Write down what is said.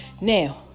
Now